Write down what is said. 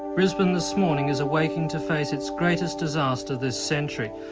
brisbane this morning has awakened to face its greatest disaster this century.